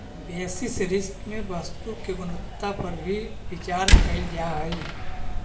basis risk में वस्तु के गुणवत्ता पर भी विचार कईल जा हई